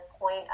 point